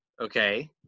okay